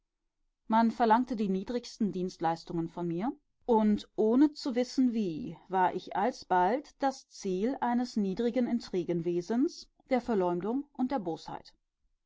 man verlangte die niedrigsten dienstleistungen von mir und ohne zu wissen wie war ich alsbald das ziel eines niedrigen intrigenwesens der verleumdung und der